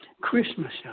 Christmas